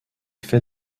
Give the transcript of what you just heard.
fait